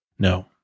No